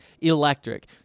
electric